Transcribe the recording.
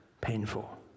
painful